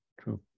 true